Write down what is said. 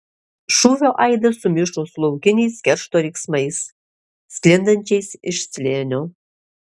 šūvio aidas sumišo su laukiniais keršto riksmais sklindančiais iš slėnio